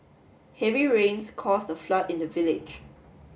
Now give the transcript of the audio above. heavy rains caused a flood in the village